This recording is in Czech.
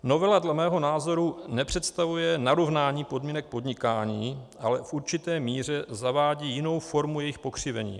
Novela dle mého názoru nepředstavuje narovnání podmínek podnikání, ale v určité míře zavádí jinou formu jejich pokřivení.